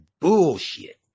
bullshit